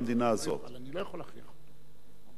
וחבל,